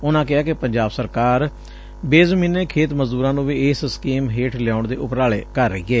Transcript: ਉਨਾਂ ਕਿਹਾ ਕਿ ਪੰਜਾਬ ਸਰਕਾਰ ਬੇਜ਼ਮੀਨੇ ਖੇਤ ਮਜ਼ਦੁਰਾ ਨੂੰ ਵੀਂ ਇਸ ਸਕੀਮ ਹੇਠ ਲਿਆਉਣ ਦੇ ਉਪਰਾਲੇ ਕਰ ਰਹੀ ਏ